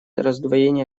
раздвоение